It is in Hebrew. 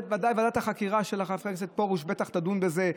ועדת החקירה של הרב חבר הכנסת פרוש בטח תדון בזה,